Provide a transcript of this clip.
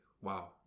wow